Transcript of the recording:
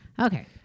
Okay